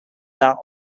that